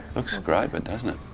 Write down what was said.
looks great but, doesn't it?